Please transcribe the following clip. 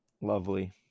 Lovely